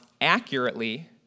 accurately